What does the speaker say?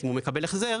אם הוא מקבל החזר